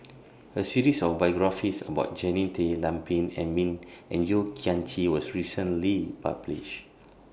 A series of biographies about Jannie Tay Lam Pin Min and Yeo Kian Chye was recently published